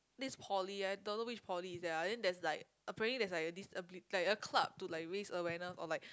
this poly I don't know which poly is that ah then there's like apparently there's a disability like a club to raise awareness or like